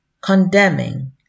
condemning